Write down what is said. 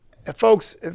Folks